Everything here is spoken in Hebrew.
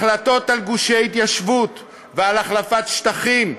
החלטות על גושי התיישבות ועל החלפת שטחים,